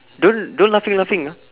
don't don't laughing laughing ah